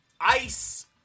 ice